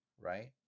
right